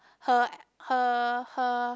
her her her